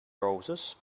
roses